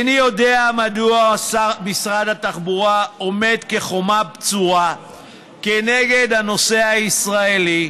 איני יודע מדוע משרד התחבורה עומד כחומה בצורה כנגד הנוסע הישראלי.